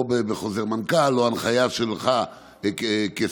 או בחוזר מנכ"ל או הנחיה שלך כשר,